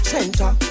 Center